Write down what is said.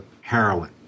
heroin